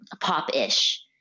pop-ish